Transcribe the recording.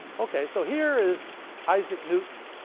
okay, so here is isaac newton